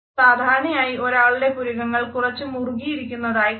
സാധാരണയായി ഒരാളുടെ പുരികങ്ങൾ കുറച്ചു മുറുകിയിരിക്കുന്നതായി കാണാം